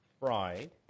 fried